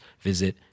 visit